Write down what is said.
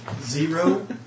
Zero